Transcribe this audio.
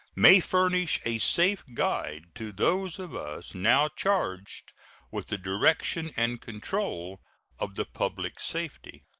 may furnish a safe guide to those of us now charged with the direction and control of the public safety.